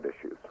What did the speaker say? issues